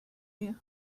you